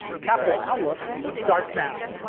capitol outlook starts now.